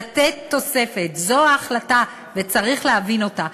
לתת תוספת, זו ההחלטה, וצריך להבין אותה.